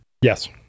Yes